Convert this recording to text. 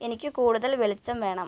എനിക്ക് കൂടുതൽ വെളിച്ചം വേണം